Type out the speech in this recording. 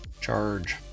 charge